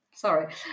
Sorry